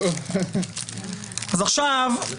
עכשיו,